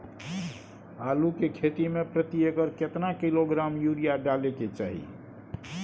आलू के खेती में प्रति एकर केतना किलोग्राम यूरिया डालय के चाही?